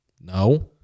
no